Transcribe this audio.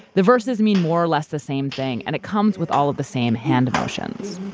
the verses mean more or less the same thing and it comes with all of the same hand motions